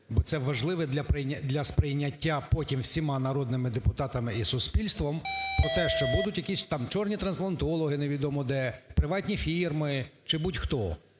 бо це важливе для сприйняття потім всіма народними депутатами і суспільством про те, що будуть якісь, там, "чорні" трансплантологи, невідомо де, приватні фірми чи будь-хто.